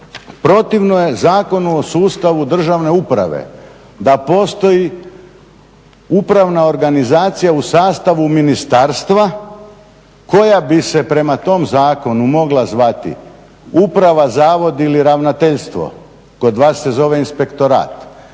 protivno je Zakonu o sustavu državne uprave da postoji upravna organizacija u sastavu ministarstva koja bi se prema tom zakonu mogla zvati uprava, zavod ili ravnateljstvo, kod vas se zove inspektorat.